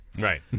Right